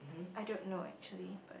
I don't know actually